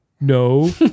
No